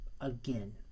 again